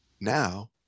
now